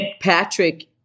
Patrick